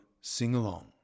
sing-along